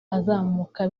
azamuka